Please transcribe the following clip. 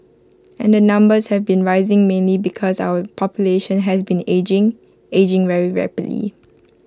and the numbers have been rising mainly because our population has been ageing ageing very rapidly